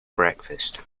breakfast